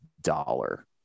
dollar